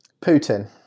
Putin